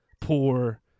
poor